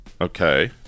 okay